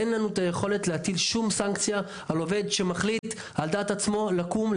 אין לנו את היכולת להטיל שום סנקציה על עובד שמחליט על דעת עצמו לקום,